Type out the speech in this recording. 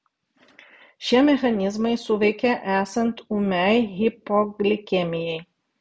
šie mechanizmai suveikia esant ūmiai hipoglikemijai